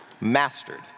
mastered